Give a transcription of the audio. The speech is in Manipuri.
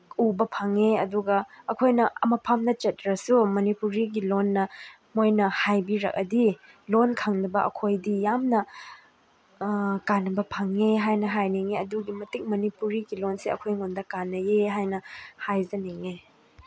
ꯎꯕ ꯐꯪꯉꯦ ꯑꯗꯨꯒ ꯑꯩꯈꯣꯏꯅ ꯑꯥ ꯃꯐꯝꯗ ꯆꯠꯇ꯭ꯔꯁꯨ ꯃꯅꯤꯄꯨꯔꯤ ꯂꯣꯟꯅ ꯃꯣꯏꯅ ꯍꯥꯏꯕꯤꯔꯛꯑꯗꯤ ꯂꯣꯟ ꯈꯪꯅꯕ ꯑꯩꯈꯣꯏꯗꯤ ꯌꯥꯝꯅ ꯀꯥꯅꯕ ꯐꯪꯉꯦ ꯍꯥꯏꯅ ꯍꯥꯏꯅꯤꯡꯉꯤ ꯑꯗꯨꯒꯤ ꯃꯇꯤꯛ ꯃꯅꯤꯄꯨꯔꯤꯒꯤ ꯂꯣꯟꯁꯦ ꯑꯩꯈꯣꯏꯉꯣꯟꯗ ꯀꯥꯅꯩꯌꯦ ꯍꯥꯏꯅ ꯍꯥꯖꯅꯤꯡꯉꯦ